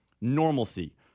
normalcy